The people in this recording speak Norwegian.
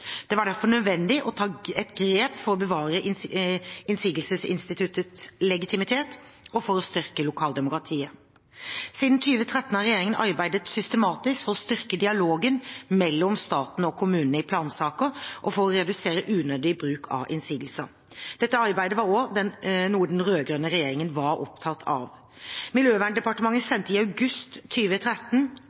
Det var derfor nødvendig å ta grep for å bevare innsigelsesinstituttets legitimitet og for å styrke lokaldemokratiet. Siden 2013 har regjeringen arbeidet systematisk for å styrke dialogen mellom staten og kommunene i plansaker og for å redusere unødig bruk av innsigelser, noe også den rød-grønne regjeringen var opptatt av. Miljøverndepartementet sendte i august